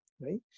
right